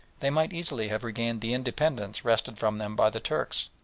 they might easily have regained the independence wrested from them by the turks.